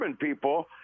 people